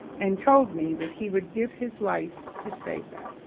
and told me that he would give his life to save them,